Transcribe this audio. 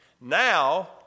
Now